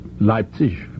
Leipzig